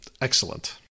excellent